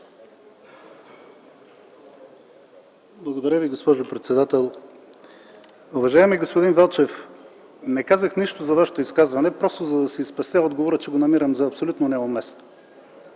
Благодаря Ви, госпожо председател. Уважаеми господин Велчев, не казах нищо за Вашето изказване, просто за да си спестя отговора, че го намирам за абсолютно неуместно.